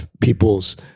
people's